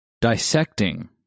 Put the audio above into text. dissecting